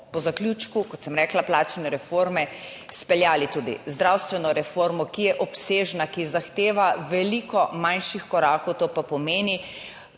po zaključku, kot sem rekla, plačne reforme, izpeljali tudi zdravstveno reformo, ki je obsežna, ki zahteva veliko manjših korakov, to pa pomeni,